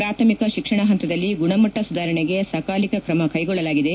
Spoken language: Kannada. ಪ್ರಾಥಮಿಕ ಶಿಕ್ಷಣ ಹಂತದಲ್ಲಿ ಗುಣಮಟ್ಟ ಸುಧಾರಣೆಗೆ ಸಕಾಲಿಕ ಕ್ರಮ ಕೈಗೊಳ್ಳಲಾಗಿದೆ